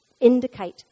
indicate